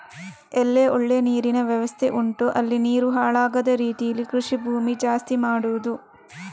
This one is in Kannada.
ಎಲ್ಲಿ ಒಳ್ಳೆ ನೀರಿನ ವ್ಯವಸ್ಥೆ ಉಂಟೋ ಅಲ್ಲಿ ನೀರು ಹಾಳಾಗದ ರೀತೀಲಿ ಕೃಷಿ ಭೂಮಿ ಜಾಸ್ತಿ ಮಾಡುದು